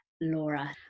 laura